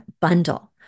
bundle